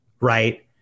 Right